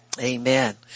Amen